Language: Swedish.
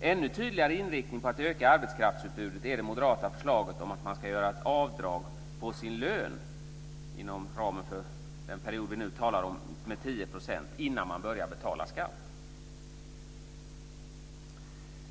En ännu tydligare inriktning på att öka arbetskraftsutbudet har det moderata förslaget att man ska kunna göra ett avdrag på sin lön inom ramen för den period vi nu talar om med 10 %, innan man börjar att betala skatt.